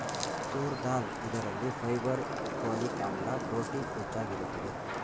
ತೂರ್ ದಾಲ್ ಇದರಲ್ಲಿ fibre, folic ಆಮ್ಲ, ಪ್ರೋಟೀನ್ ಹೆಚ್ಚಾಗಿರುತ್ತದೆ